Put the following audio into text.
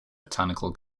botanical